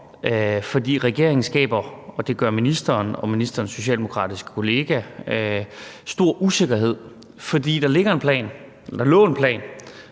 For regeringen skaber, og det gør ministeren og ministerens socialdemokratiske kollega, stor usikkerhed, fordi der lå en plan om, at tredje